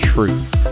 Truth